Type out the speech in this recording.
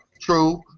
True